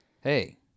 Hey